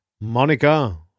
Monica